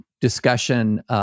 discussion